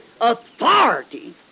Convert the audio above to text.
authority